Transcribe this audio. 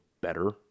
better